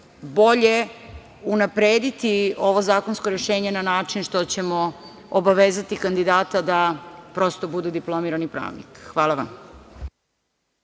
bolje unaprediti ovo zakonsko rešenje na način što ćemo obavezati kandidata da prosto budu diplomirani pravnici. Hvala vam.